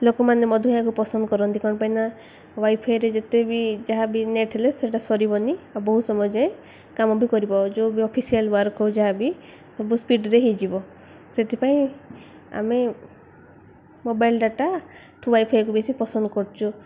ଲୋକମାନେ ମଧ୍ୟ ଏହାକୁ ପସନ୍ଦ କରନ୍ତି କ'ଣ ପାଇଁ ନା ୱାଇଫାଇରେ ଯେତେ ବି ଯାହା ବି ନେଟ୍ ହେଲେ ସେଟା ସରିବନି ଆଉ ବହୁତ ସମୟ ଯାଏଁ କାମ ବି କରିପାରୁଛୁ ଯେଉଁ ଅଫିସିଆଲ୍ ୱାର୍କ ହେଉ ଯାହା ବି ସବୁ ସ୍ପିଡ଼ରେ ହୋଇଯିବ ସେଥିପାଇଁ ଆମେ ମୋବାଇଲ୍ ଡ଼ାଟାଠୁ ୱାଇଫାଇଏକୁ ବେଶୀ ପସନ୍ଦ କରଛୁ